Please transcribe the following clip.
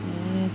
mm